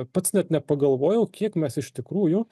pats net nepagalvojau kiek mes iš tikrųjų